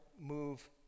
move